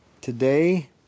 Today